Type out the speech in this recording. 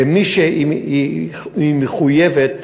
היא מחויבת